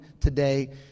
today